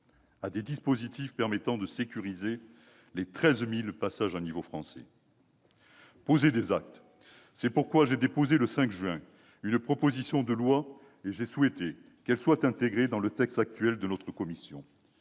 de dispositifs permettant de sécuriser les 13 000 passages à niveau français ; poser des actes. C'est pourquoi j'ai déposé, le 5 juin, une proposition de loi, dont j'ai souhaité qu'elle soit intégrée au texte élaboré par notre commission.